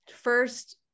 first